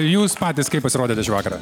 jūs patys kaip pasirodėte šį vakarą